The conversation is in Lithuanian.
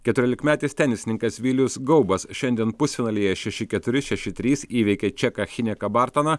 keturiolikmetis tenisininkas vilius gaubas šiandien pusfinalyje šeši keturi šeši trys įveikė čeką chineką bartoną